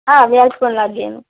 હા વ્યાજ તો લાગે એનું